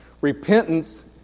Repentance